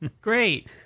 Great